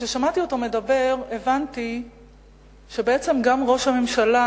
כששמעתי אותו מדבר הבנתי שבעצם גם ראש הממשלה